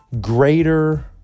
greater